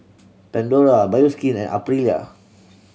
Pandora Bioskin and Aprilia